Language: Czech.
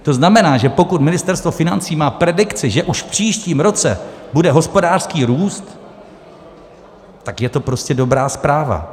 To znamená, že pokud Ministerstvo financí má predikci, že už v příštím roce bude hospodářský růst, tak je to prostě dobrá zpráva.